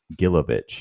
Gilovich